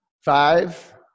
Five